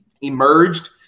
emerged